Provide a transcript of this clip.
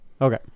Okay